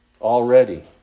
already